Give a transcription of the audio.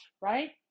right